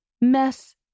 mess